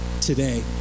today